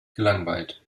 gelangweilt